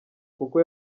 kuko